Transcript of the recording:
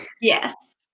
Yes